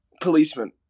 Policeman